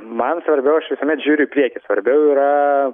man svarbiau aš visuomet žiūriu į priekį svarbiau yra